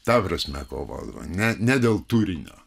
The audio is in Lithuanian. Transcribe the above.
ta prasme kovodavo ne ne dėl turinio